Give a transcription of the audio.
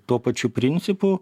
tuo pačiu principu